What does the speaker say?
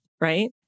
Right